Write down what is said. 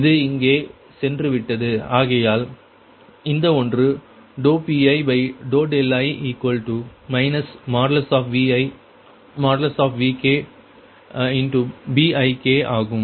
இது இங்கே சென்று விட்டது ஆகையால் இந்த ஒன்று Pii ViVkBik ஆகும்